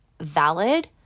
valid